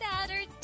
Saturday